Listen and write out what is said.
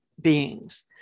beings